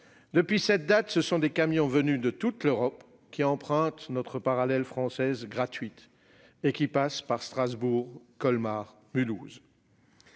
Depuis cette date, ce sont des camions venus de toute l'Europe qui empruntent notre parallèle française gratuite et qui passent par Strasbourg, Colmar et Mulhouse.